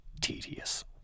tedious